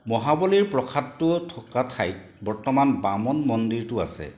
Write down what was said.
মহাবলিৰ প্ৰসাদটো থকা ঠাইত বৰ্তমান বামন মন্দিৰটো আছে